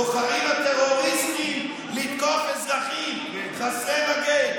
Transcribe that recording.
בוחרים הטרוריסטים לתקוף אזרחים חסרי מגן,